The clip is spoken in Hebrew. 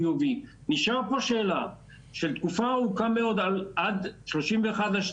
נשארת פה שאלה של תקופה ארוכה מאוד, עד 31.12.18,